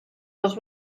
dels